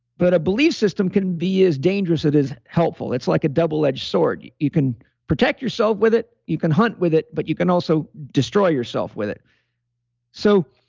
but a belief system can be as dangerous as it is helpful. it's like a double edged sword. you you can protect yourself with it, you can hunt with it, but you can also destroy yourself with it so